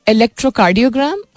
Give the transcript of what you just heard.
Electrocardiogram